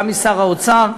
גם משר האוצר.